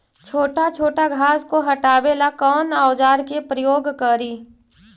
छोटा छोटा घास को हटाबे ला कौन औजार के प्रयोग करि?